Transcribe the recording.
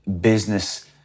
business